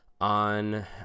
on